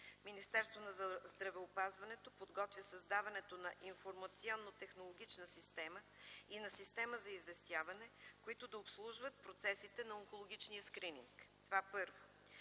Министерството на здравеопазването подготвя създаването на информационно-технологична система и система за известяване, които да обслужват процесите на онкологичния скрининг, първо.